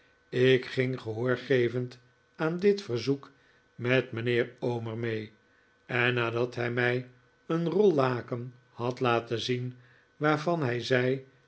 ik ging gehoor gevend aan dit verzoek met mijnheer omer mee en nadat hij mij een rol laken had laten zien waarvan hij zei